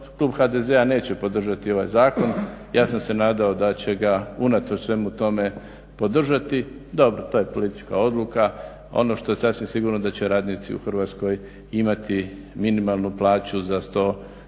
klub HDZ-a neće podržati ovaj zakon. Ja sam se nadao da će ga unatoč svemu tome podržati. Dobro, to je politička odluka. Ono što je sasvim sigurno da će radnici u Hrvatskoj imati minimalnu plaću za 170